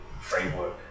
framework